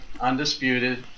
undisputed